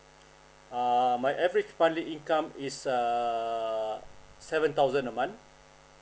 err my average monthly income is err seven thousand a month